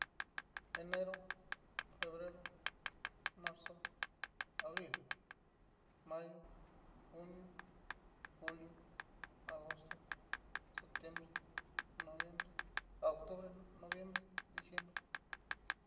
Enero, febrero, marzo, abril, mayo, junio, julio, agosto, septiembre, noviembre a octubre, noviembre, diciembre.